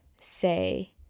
say